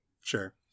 Sure